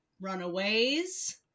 Runaways